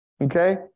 Okay